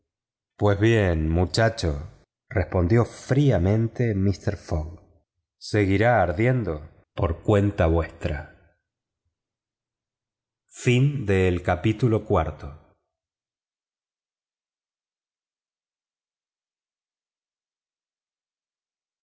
pues bien muchacho respondió fríamente mister fogg seguirá por cuenta vuestra